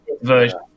version